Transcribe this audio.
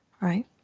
Right